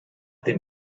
dem